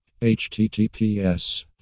https